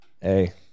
hey